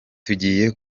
tugiye